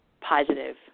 positive